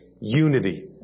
unity